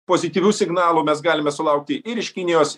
pozityvių signalų mes galime sulaukti ir iš kinijos